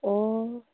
ꯑꯣ